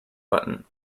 button